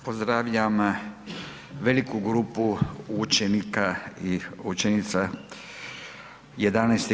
Pozdravljam veliku grupu učenika i učenica XI.